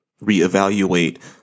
reevaluate